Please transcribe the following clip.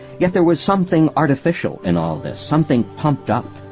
yet there was something artificial in all this, something pumped up,